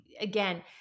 again